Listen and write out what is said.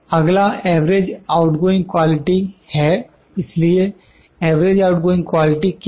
अगला average outgoing quality है इसलिए एवरेज आउटगोइंग क्वालिटी क्या है